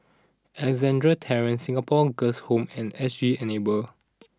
Alexandra Terrace Singapore Girls' Home and S G Enable